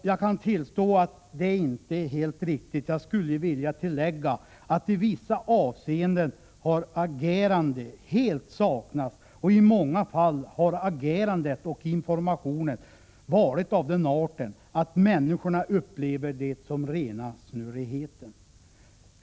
Jag kan tillstå att det inte varit helt riktigt — jag skulle vilja tillägga att agerande i vissa avseenden helt har saknats. I många fall har agerandet och informationen varit av den arten att människor upplevt det som rena snurrigheten.